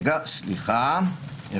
הוראת חוק הפוגעת בזכויות על פי חוק